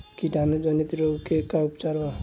कीटाणु जनित रोग के का उपचार बा?